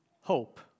hope